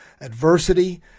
adversity